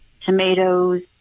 tomatoes